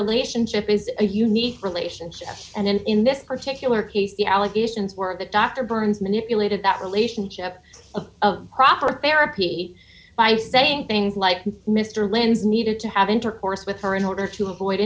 relationship is a unique relationship and in this particular case the allegations were that dr burns manipulated that relationship of proper therapy by saying things like mr lindsay needed to have intercourse with her in order to avoid